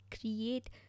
create